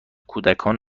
کودکان